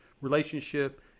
relationship